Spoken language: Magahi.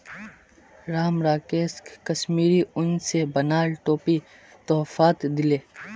राम राकेशक कश्मीरी उन स बनाल टोपी तोहफात दीले